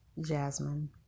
jasmine